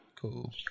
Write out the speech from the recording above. Cool